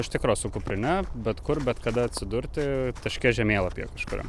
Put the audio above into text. iš tikro su kuprine bet kur bet kada atsidurti taške žemėlapyje kažkuriam